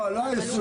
לא, לא עשו